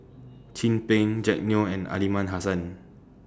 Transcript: Chin Peng Jack Neo and Aliman Hassan